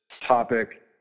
topic